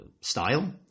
style